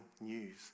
news